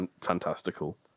fantastical